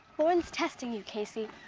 lauren's testing you, casey.